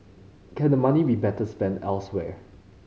can the money be better spent elsewhere